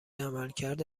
عملکرد